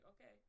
okay